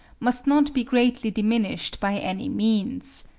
must not be greatly diminished by any means.